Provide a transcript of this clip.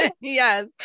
Yes